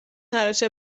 تراش